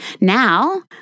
Now